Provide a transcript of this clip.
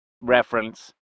Reference